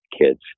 kids